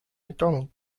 macdonald